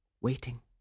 waiting